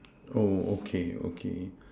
oh okay okay